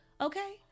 Okay